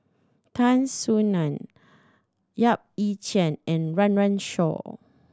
Tan Soo Nan Yap Ee Chian and Run Run Shaw